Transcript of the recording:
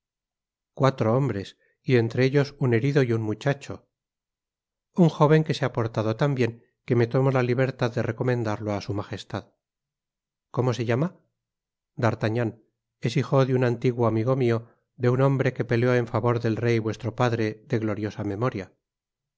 cuatro hombres y entre ellos on herido y un muchacho v un joven que se ha portado tan bien que me tomo la libértad de recomendaiflo á su magestad cómo se llama t rdartagnan es hijo de un antiguo amigo mio de n hombre que peleó en favor del rey vuestro padre de gloriosa memoria